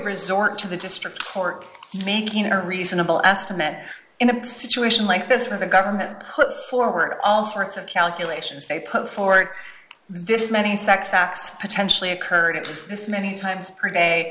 resort to the district court making a reasonable estimate in a patrician like this where the government put forward all sorts of calculations they put forward this many facts facts potentially occurred to this many times per day